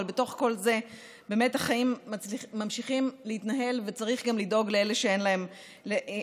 אבל בתוך כל זה החיים ממשיכים להתנהל וצריך גם לדאוג לאלה שאין להם קול.